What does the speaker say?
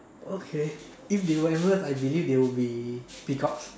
okay if they were animals I believe they would be peacocks